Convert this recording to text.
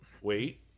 Wait